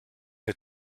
der